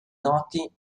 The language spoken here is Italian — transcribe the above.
noti